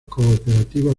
cooperativas